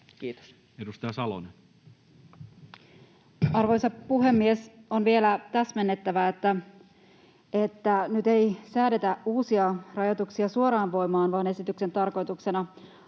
Kiitos. Edustaja Salonen. Arvoisa puhemies! On vielä täsmennettävä, että nyt ei säädetä uusia rajoituksia suoraan voimaan, vaan esityksen tarkoituksena